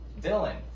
Dylan